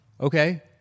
Okay